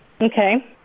Okay